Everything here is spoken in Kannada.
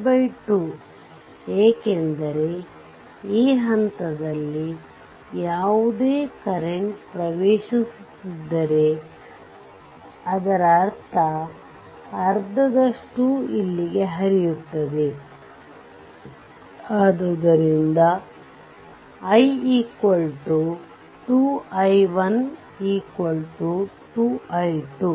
2 ಏಕೆಂದರೆ ಈ ಹಂತದಲ್ಲಿ ಯಾವುದೇ ಕರೆಂಟ್ ಪ್ರವೇಶಿಸುತ್ತಿದ್ದರೆ ಅದರ ಅರ್ಧದಷ್ಟು ಇಲ್ಲಿಗೆ ಹರಿಯುತ್ತದೆ ಆದ್ದರಿಂದ i 2 i1 2 i2